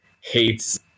hates